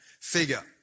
figure